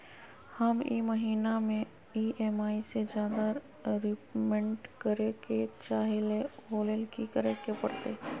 हम ई महिना में ई.एम.आई से ज्यादा रीपेमेंट करे के चाहईले ओ लेल की करे के परतई?